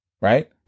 right